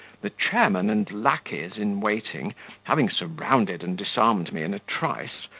the chairman and lacqueys in waiting having surrounded and disarmed me in a trice,